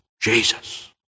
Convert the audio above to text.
Jesus